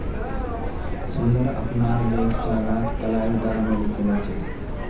सुंदर अपनार गईक चारात कलाईर दाल मिलइ खिला छेक